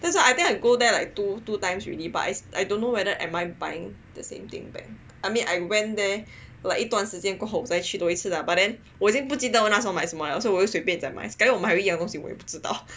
cause I think I go there like two two times already but is I don't know whether am I buying the same thing back I mean I went there like 一段时间过后我再去一次啦 but then 我已经不记得我那时候买了什么了我随便再买我买了 sekali 一样的东西我也不知道